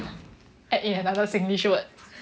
add in another singlish word